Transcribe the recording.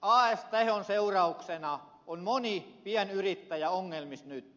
as tehon seurauksena on moni pienyrittäjä ongelmissa nyt